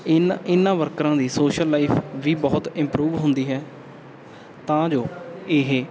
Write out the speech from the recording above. ਇਹਨਾਂ ਇਹਨਾਂ ਵਰਕਰਾਂ ਦੀ ਸੋਸ਼ਲ ਲਾਈਫ ਵੀ ਬਹੁਤ ਇਮਪਰੂਵ ਹੁੰਦੀ ਹੈ ਤਾਂ ਜੋ ਇਹ